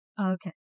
Okay